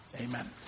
amen